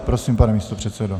Prosím, pane místopředsedo.